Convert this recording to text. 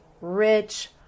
rich